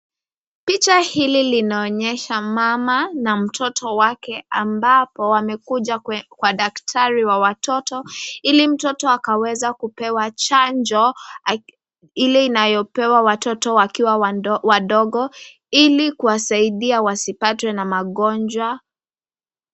Picha hili linaonyesha mama na mtoto wake ambapo wamekuja kwa daktari wa watoto ili mtoto akaweza kupewa chanjo ile inayopewa watoto wakiwa wadogo ili kuwasaidia wasipatwe na magonjwa.